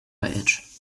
edge